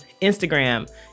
Instagram